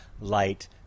light